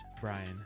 Brian